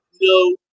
No